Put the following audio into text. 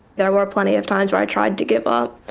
there were plenty of times when i tried to give up,